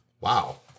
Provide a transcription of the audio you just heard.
wow